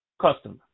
customer